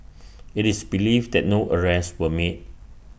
IT is believed that no arrests were made